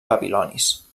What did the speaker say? babilonis